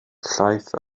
llaeth